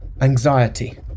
anxiety